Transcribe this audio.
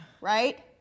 right